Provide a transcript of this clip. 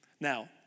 Now